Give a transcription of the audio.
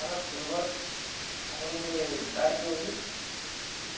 ଆମେ ଫୁଲ୍ ଗଛ୍ ଆମର୍ ଗୁଟେ ବାର୍ଟେ ଅଛେ